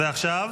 ועכשיו?